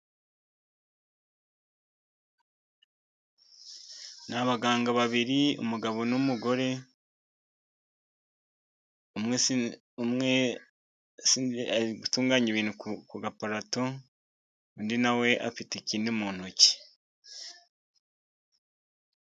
Ni abaganga babiri, umugabo n'umugore, umwe ari gutunganya ibintu ku gaparato, undi nawe afite ikindi mu ntoki.